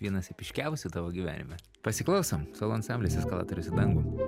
vienas epiškiausių tavo gyvenime pasiklausom solo ansamblis eskalatorius į dangų